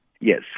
Yes